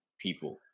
people